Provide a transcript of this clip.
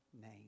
name